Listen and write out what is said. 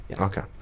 okay